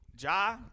Ja